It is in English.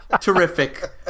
terrific